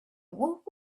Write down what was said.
woot